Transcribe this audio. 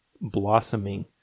blossoming